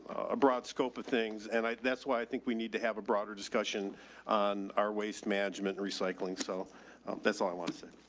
a broad scope of things and i, that's why i think we need to have a broader discussion on our waste management and recycling. so that's all i want to say.